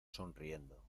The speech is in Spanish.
sonriendo